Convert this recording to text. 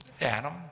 Adam